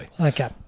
Okay